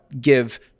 give